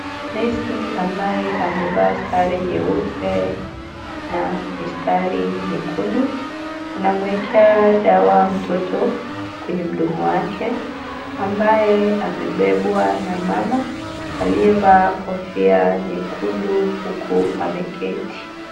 Nesi ambaye amevaa sare nyeupe na mistari nyekundu, anamwekea dawa mtoto kwenye mdomo wake ambaye amebebwa na mama aliyevaa kofia nyekundu huku ameketi.